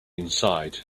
inside